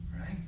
Right